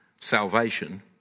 salvation